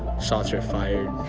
shots were fired.